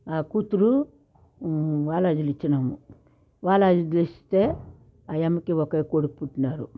ఆ కూతురు వాళాజిలిచ్చినాము వాళాజిలిస్తే ఆ అమ్మకి ఒక కొడుకు పుట్టినారు